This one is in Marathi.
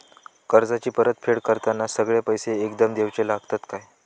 कर्जाची परत फेड करताना सगळे पैसे एकदम देवचे लागतत काय?